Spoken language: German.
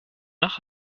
nach